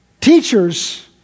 Teachers